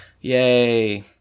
yay